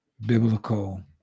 biblical